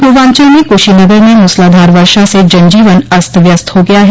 पूर्वांचल में कुशीनगर में मूसलाधार वर्षा से जनजीवन अस्त व्यस्त हो गया है